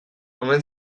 omen